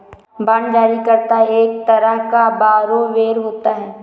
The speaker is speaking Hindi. बांड जारी करता एक तरह का बारोवेर होता है